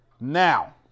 Now